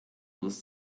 was